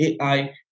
AI